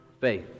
faith